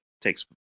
takes